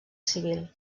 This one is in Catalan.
civil